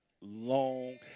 long